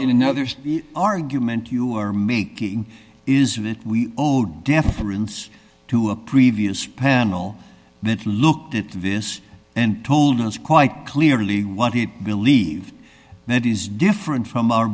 in another's argument you are making is that we deference to a previous panel that looked at this and told us quite clearly what it believed that is different from our